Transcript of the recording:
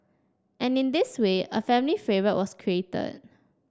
and in this way a family favourite was created